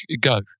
go